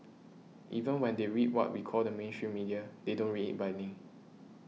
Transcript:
even when they read what we call the mainstream media they don't read it blindly